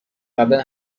قبلا